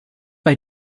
bei